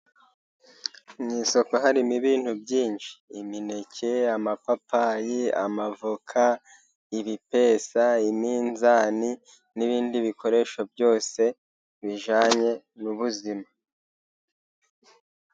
Mu isoko harimo ibintu byinshi; imineke, amapapayi, amavoka, ibipesa, iminzani n'ibindi bikoresho byose bijyanye n'ubuzima.